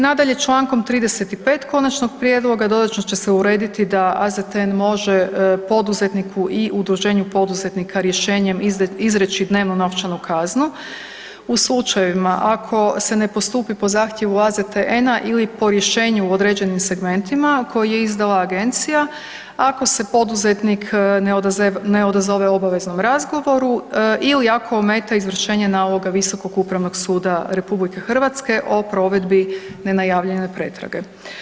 Nadalje, čl. 35. konačnog prijedloga dodatno će se urediti da AZTN može poduzetniku i udruženju poduzetnika rješenjem izreći dnevnu novčanu kaznu u slučajevima ako se ne postupi po zahtjevu AZTN-a ili po rješenju u određenim segmentima koje je izdala agencija, ako se poduzetnik ne odazove obaveznom razgovoru ili ako ometa izvršenje naloga Visokog upravnog suda RH o provedbi nenajavljene pretrage.